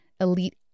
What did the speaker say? elite